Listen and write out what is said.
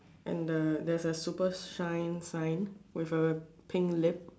and the there's a super shine sign with a pink lip